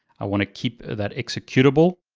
i wanna keep that executable.